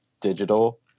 digital